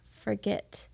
forget